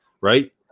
Right